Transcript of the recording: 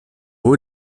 haut